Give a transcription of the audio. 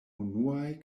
unuaj